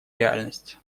реальность